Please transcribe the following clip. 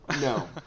No